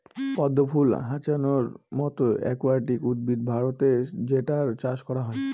পদ্ম ফুল হ্যাছান্থর মতো একুয়াটিক উদ্ভিদ ভারতে যেটার চাষ করা হয়